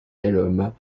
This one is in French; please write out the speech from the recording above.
delhomme